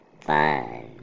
fine